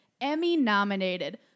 Emmy-nominated